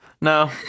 No